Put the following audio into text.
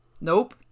Nope